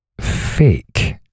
fake